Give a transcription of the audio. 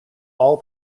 all